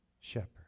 shepherd